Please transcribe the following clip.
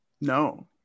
No